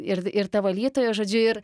ir ir ta valytoja žodžiu ir